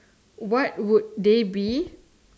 what would they be